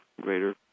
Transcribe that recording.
greater